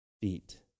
feet